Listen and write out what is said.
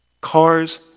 Cars